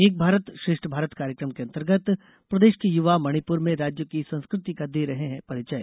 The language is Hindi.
एक भारत श्रेष्ठ भारत कार्यक्रम के अंतर्गत प्रदेश के युवा मणिपुर में राज्य की सस्कृति का दे रहे हैं परिचय